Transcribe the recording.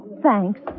Thanks